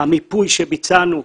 המיפוי שביצענו,